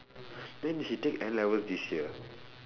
then she take N levels this year